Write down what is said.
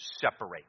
separate